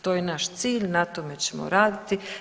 To je naš cilj, na tome ćemo raditi.